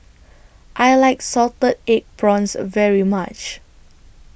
I like Salted Egg Prawns very much